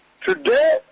today